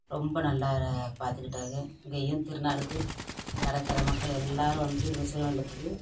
ரொம்ப நல்லா பார்த்துக்கிட்டாய்ங்க இங்கேயும் திருநாளுக்கு கடற்கரை மக்கள் எல்லோரும் வந்து இங்கே ஸ்ரீவைகுண்டத்துக்கு